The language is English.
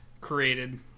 created